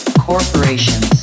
Corporations